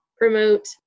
promote